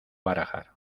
barajar